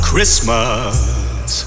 Christmas